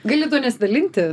gali tuo nesidalinti